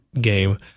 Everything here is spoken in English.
game